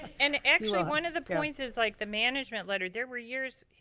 and actually one of the points is like the management letter. there were years,